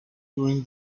during